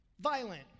violent